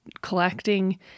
Collecting